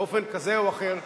באופן כזה או אחר,